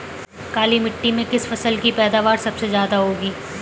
काली मिट्टी में किस फसल की पैदावार सबसे ज्यादा होगी?